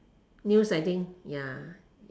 news I think ya